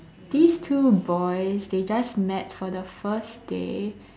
these two boys they just met for the first day